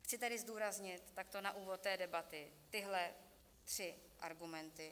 Chci tedy zdůraznit takto na úvod debaty tyhle tři argumenty.